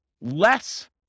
less